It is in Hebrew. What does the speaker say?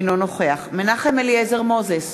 אינו נוכח מנחם אליעזר מוזס,